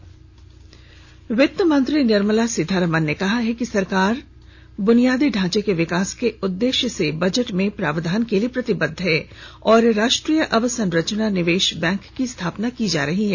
वित्त मंत्री वित्त मंत्री निर्मला सीतारमन ने कहा है कि सरकार बुनियादी ढांचे के विकास के उद्देश्य से बजट में प्रावधान के लिये प्रतिबद्ध है और राष्ट्रीय अवसंरचना निवेश बैंक की स्थापना की जा रही है